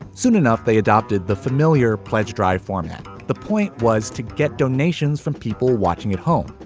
soon enough, they adopted the familiar pledge drive format. the point was to get donations from people watching at home,